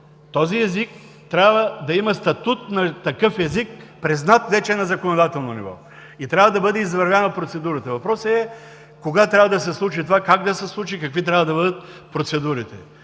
Този език трябва да има статут на такъв език, признат вече на законодателно ниво. И трябва да бъде извървяна процедурата. Въпросът е кога трябва да се случи това, как да се случи, какви трябва да бъдат процедурите.